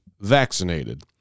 vaccinated